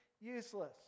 useless